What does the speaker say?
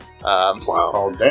Wow